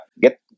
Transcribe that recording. Get